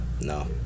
no